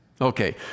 Okay